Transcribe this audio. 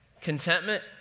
Contentment